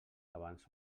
abans